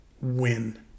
win